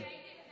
אני הייתי,